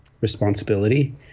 responsibility